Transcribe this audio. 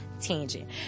tangent